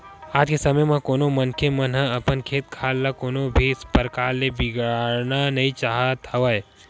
आज के समे म कोनो मनखे मन ह अपन खेत खार ल कोनो भी परकार ले बिगाड़ना नइ चाहत हवय